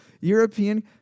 European